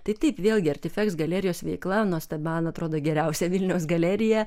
tai taip vėlgi artifeks galerijos veikla nuostabi man atrodo geriausia vilniaus galerija